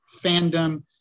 fandom